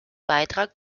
beitrag